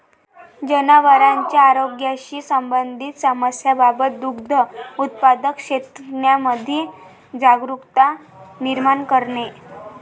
जनावरांच्या आरोग्याशी संबंधित समस्यांबाबत दुग्ध उत्पादक शेतकऱ्यांमध्ये जागरुकता निर्माण करणे